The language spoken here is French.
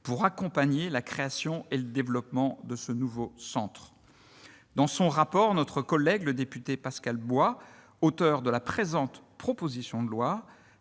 compte accompagner la création et le développement de ce nouveau centre. Dans son rapport, notre collègue député Pascal Bois, auteur de la présente proposition de loi,